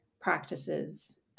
practices